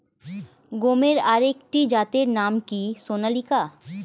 গমের আরেকটি জাতের নাম কি সোনালিকা?